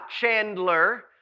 Chandler